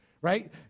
right